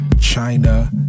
China